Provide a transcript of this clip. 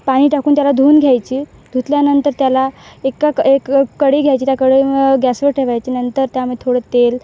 पाणी टाकून त्याला धुऊन घ्यायची धुतल्यानंतर त्याला एका एक कढई घ्यायची त्या कढई गॅसवर ठेवायची नंतर त्यामध्ये थोडं तेल